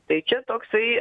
tai čia toksai